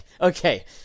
okay